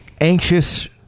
Anxious